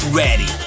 ready